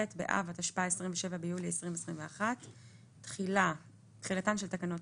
באב התשפ"א (27 ביולי 2021)". תחילה תחילתן של תקנות